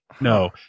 No